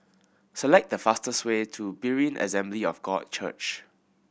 select the fastest way to Berean Assembly of God Church